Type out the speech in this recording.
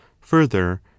further